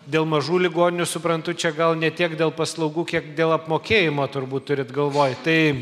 dėl mažų ligoninių suprantu čia gal ne tiek dėl paslaugų kiek dėl apmokėjimo turbūt turit galvoj tai